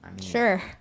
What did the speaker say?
Sure